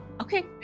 okay